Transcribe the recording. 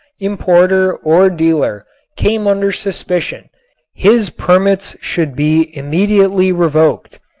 importer or dealer came under suspicion his permits should be immediately revoked.